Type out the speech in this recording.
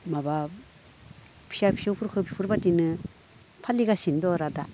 माबा फिसा फिसौफोरखौ बेफोरबायदिनो फालिगासिनो दं आरो दा